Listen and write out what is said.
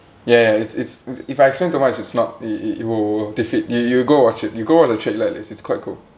ya ya ya it's it's it's if I explain too much it's not it it it will defeat you you go watch it you go watch the trailer at least it's quite cool